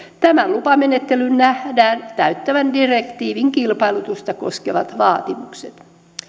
tämän lupamenettelyn nähdään täyttävän direktiivin kilpailutusta koskevat vaatimukset